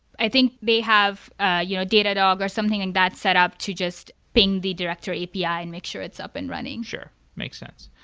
i think they have ah you know datadog or something in that setup to just ping the director api and make sure it's up and running. sure. make sense.